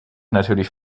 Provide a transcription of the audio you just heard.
natürlich